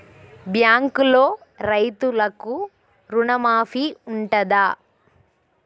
బ్యాంకులో రైతులకు రుణమాఫీ ఉంటదా?